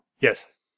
Yes